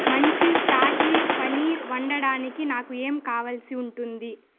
మంచి షాహీ పనీర్ వండడానికి నాకు ఏం కావాల్సి ఉంటుంది